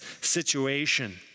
situation